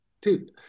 dude